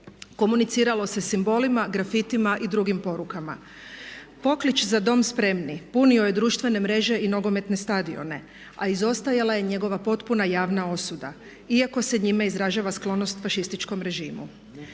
Komuniciralo se simbolima, grafitima i drugim porukama. Poklič „za Dom spremni“ punio je društvene mreže i nogometne stadione a izostajala je njegova potpuna javna osuda iako se njime izražava sklonost fašističkom režimu.